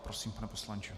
Prosím, pane poslanče.